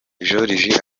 joriji